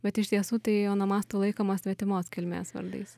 bet iš tiesų tai onomastų laikomas svetimos kilmės vardais